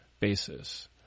basis